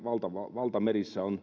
valtamerissä